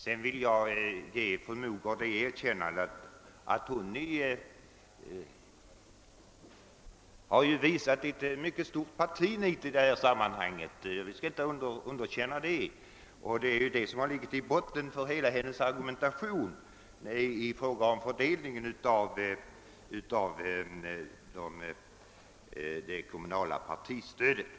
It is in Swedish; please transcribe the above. Sedan vill jag ge fru Mogård det erkännandet att hon i denna fråga har visat ett mycket stort partinit. Det skall vi inte underkänna. Det är också det som har legat i botten på hela hennes argumentation när det gällt fördelningen av det kommunala partistödet.